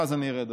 ואז אני ארד,